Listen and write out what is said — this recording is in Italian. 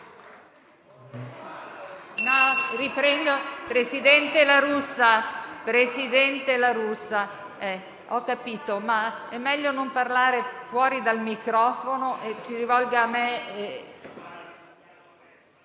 Presidente La Russa, per cortesia, è meglio non parlare fuori dal microfono, si rivolga a me.